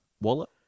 Wallet